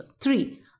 Three